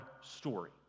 story